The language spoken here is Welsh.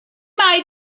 mae